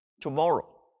tomorrow